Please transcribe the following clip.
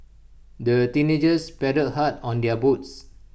the teenagers paddled hard on their boats